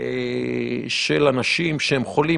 של אנשים חולים,